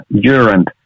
Durant